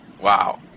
wow